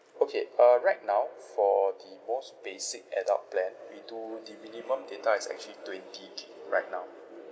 okay uh right now for the most basic adult plan we do the minimum data is actually twenty gig right now